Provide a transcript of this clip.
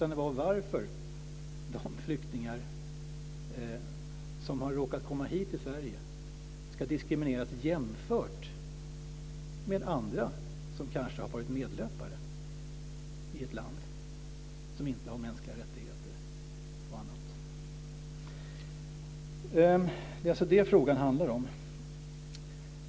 Jag frågade varför de flyktingar som har råkat komma hit till Sverige ska diskrimineras jämfört med andra som kanske har varit medlöpare i ett land som inte har mänskliga rättigheter m.m. Det är alltså det frågan handlar om.